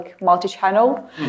multi-channel